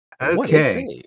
Okay